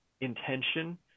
intention